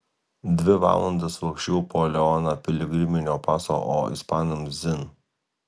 dvi valandas laksčiau po leoną piligriminio paso o ispanams dzin